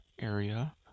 area